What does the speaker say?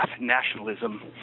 nationalism